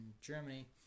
Germany